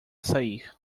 sair